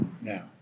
now